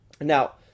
Now